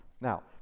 Now